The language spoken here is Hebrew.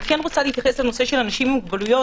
אני רוצה להתייחס לנושא של אנשים עם מוגבלויות.